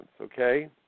okay